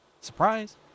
surprise